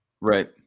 Right